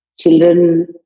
children